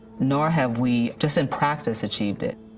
nor have we just in practice achieved it.